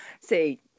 See